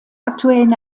aktuellen